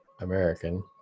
American